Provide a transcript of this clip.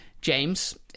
James